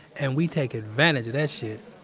and we take advantage of that shit.